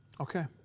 Okay